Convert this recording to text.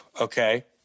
okay